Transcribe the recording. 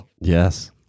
Yes